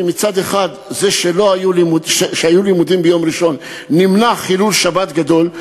כי מצד אחד בזה שהיו לימודים ביום ראשון נמנע חילול שבת גדול,